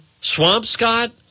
Swampscott